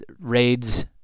raids